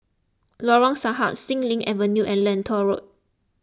Lorong Sahad Xilin Avenue and Lentor Road